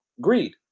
greed